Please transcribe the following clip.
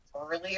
earlier